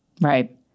Right